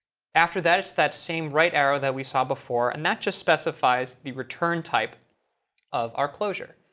after that, it's that same right arrow that we saw before. and that just specifies the return type of our closure.